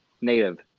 native